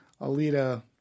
Alita